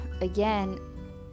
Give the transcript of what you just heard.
again